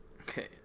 okay